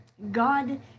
God